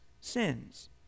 sins